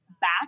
back